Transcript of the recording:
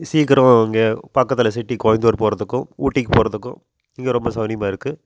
சீக்கிரம் இங்கே பக்கத்தில் சிட்டி கோயம்புத்தூர் போகிறதுக்கும் ஊட்டிக்குப் போகிறதுக்கும் இங்கே ரொம்ப சௌரியமாக இருக்குது